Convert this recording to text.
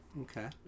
Okay